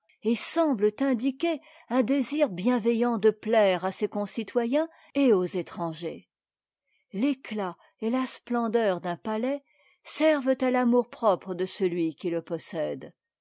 et semblent indiquer un désir bienveillant de plaire à ses concitoyens et aux étrangers l'éclat et la splendeur d'un palais servent à l'amour-propre de celui qui le possède